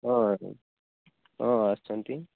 ହଁ ଆଜ୍ଞା ହଁ ଆସିଛନ୍ତି